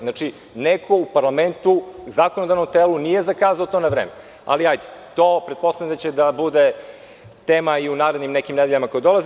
Znači, neko u parlamentu, zakonodavnom telu, nije zakazao to na vreme, ali hajde, to pretpostavljam da će da bude tema i u narednim nekim nedeljama koje dolaze.